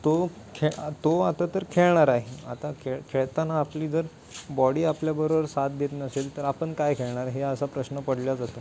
तो खेळ तो आता तर खेळणार आहे आता खेळ खेळताना आपली जर बॉडी आपल्याबरोबर साथ देत नसेल तर आपण काय खेळणार हे असा प्रश्न पडल्या जातं